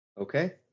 Okay